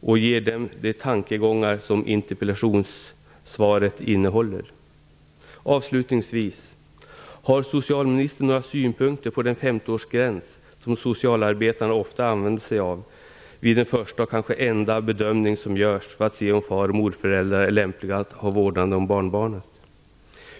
och delger dem de tankegångar som interpellationssvaret innehåller. årsgräns som socialarbetarna ofta använder sig av vid den första och kanske enda bedömning som görs för att se om far och morföräldrar är lämpliga att ha vårdnaden om barnbarnen?